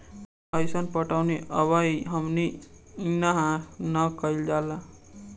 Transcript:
अइसन पटौनी अबही हमनी इन्हा ना कइल जाला